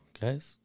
guys